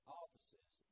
offices